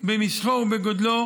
במשכו ובגודלו,